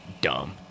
dumb